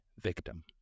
victim